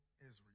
Israel